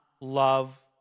love